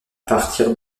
partir